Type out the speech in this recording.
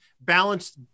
balanced